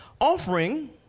Offering